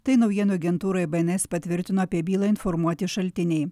tai naujienų agentūrai b n s patvirtino apie bylą informuoti šaltiniai